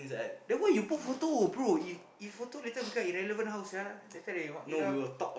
then why you put photo bro if if photo later become irrelevant how sia later they mark you down